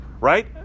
right